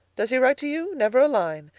does he write to you? never a line.